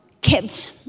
kept